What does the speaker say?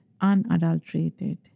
unadulterated